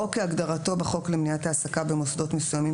או כהגדרתו בחוק למניעת העסקה במוסדות מסוימים